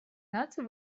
наций